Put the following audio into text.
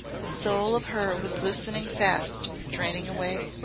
the soul of her was loosening fast and straining away,